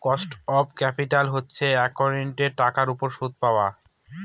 cost of capital হচ্ছে একাউন্টিঙের টাকার উপর সুদ পাওয়া